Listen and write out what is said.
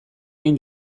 egin